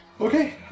Okay